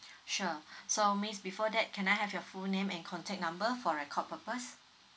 sure so miss before that can I have your full name and contact number for record purpose